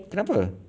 kenapa